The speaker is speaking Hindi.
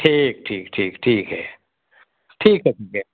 ठीक ठीक ठीक ठीक है ठीक है ठीक है